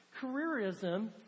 Careerism